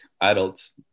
adults